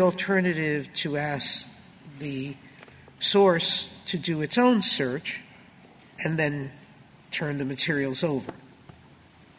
alternative to asked the source to do its own search and then turn the materials over